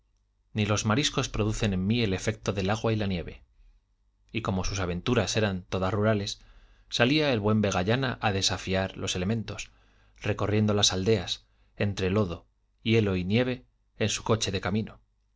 ni los mariscos producen en mí el efecto del agua y la nieve y como sus aventuras eran todas rurales salía el buen vegallana a desafiar los elementos recorriendo las aldeas entre lodo hielo y nieve en su coche de camino